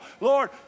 Lord